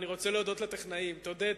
"אני רוצה להודות לטכנאים" תודה,